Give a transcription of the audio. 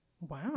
Wow